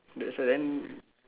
that's why then